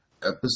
episode